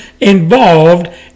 involved